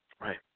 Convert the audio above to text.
Right